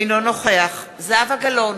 אינו נוכח זהבה גלאון,